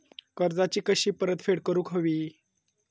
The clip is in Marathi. कर्जाची कशी परतफेड करूक हवी?